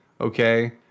okay